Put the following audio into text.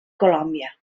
colòmbia